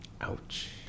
Ouch